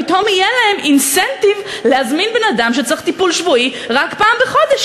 פתאום יהיה להם אינסנטיב להזמין בן-אדם שצריך טיפול שבועי רק פעם בחודש,